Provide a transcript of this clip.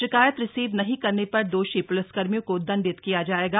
शिकायत रिसीव नहीं करने पर दोषी प्लिसकर्मियों को दंडित किया जाएगा